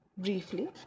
briefly